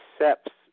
accepts